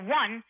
one